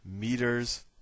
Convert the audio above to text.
Meters